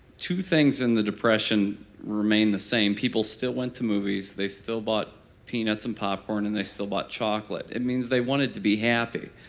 two things in the depression remained the same people still went to movies, they still bought peanuts and popcorn, and they still bought chocolate. it means they wanted to be happy.